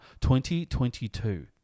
2022